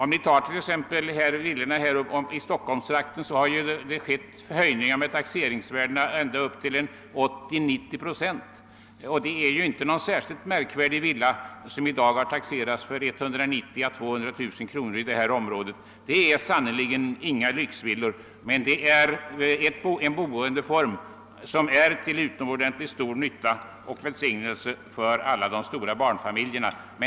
Beträffande villorna i Stockholmstrakten har taxeringsvärdena höjts med ända upp till 80 och 90 procent. Det behöver inte vara någon särskilt märkvärdig villa som i dag taxeras för 190 000 å 200 000 kronor i detta område. Det gäller sannerligen inte några lyxvillor, men det är en boendeform som är till utomordentligt stor nytta och välsignelse för alla de stora barnfamiljerna.